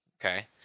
okay